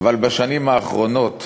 אבל בשנים האחרונות